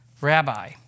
rabbi